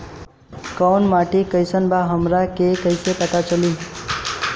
कोउन माटी कई सन बा हमरा कई से पता चली?